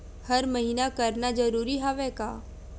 हर महीना करना जरूरी हवय का?